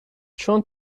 چون